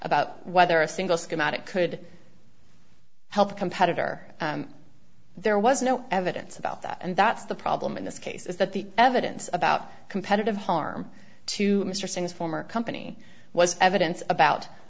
about whether a single schematic could help a competitor there was no evidence about that and that's the problem in this case is that the evidence about competitive harm to mr singh's former company was evidence about